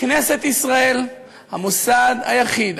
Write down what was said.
כנסת ישראל היא המוסד היחיד,